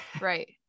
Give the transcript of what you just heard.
Right